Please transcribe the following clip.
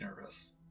nervous